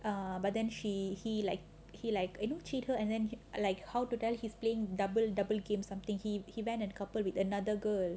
err but then she he like he like you know cheat her and then like how to tell he is playing double double game something he he went and coupled with another girl